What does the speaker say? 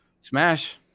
Smash